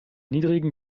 niedrigen